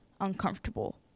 uncomfortable